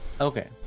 okay